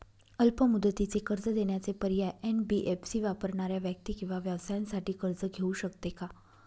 अल्प मुदतीचे कर्ज देण्याचे पर्याय, एन.बी.एफ.सी वापरणाऱ्या व्यक्ती किंवा व्यवसायांसाठी कर्ज घेऊ शकते का?